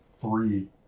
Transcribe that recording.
three